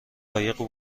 قایق